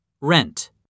rent